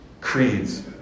creeds